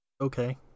Okay